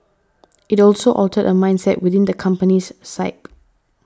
it also altered a mindset within the country's psyche